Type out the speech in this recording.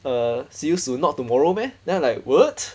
uh see you soon not tomorrow meh then I like what